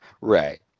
right